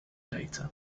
data